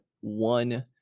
one